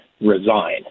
resign